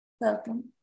Welcome